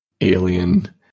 alien